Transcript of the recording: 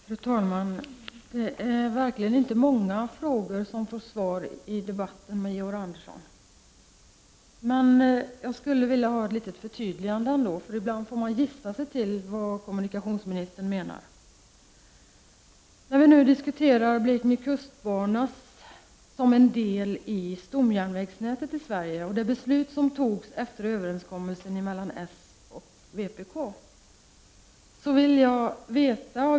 Fru talman! Det är verkligen inte i många frågor som vi har fått ett svar i 93 debatten med Georg Andersson. Men jag skulle ändå vilja få ett litet förtyd ligande, eftersom man ibland får gissa sig till vad kommunikationsministern menar. Vi diskuterar nu Blekinge kustbana som en del i stomjärnvägsnätet i Sverige och det beslut som fattades efter överenskommelsen mellan socialdemokraterna och vpk.